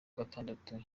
gatandatu